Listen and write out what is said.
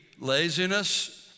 laziness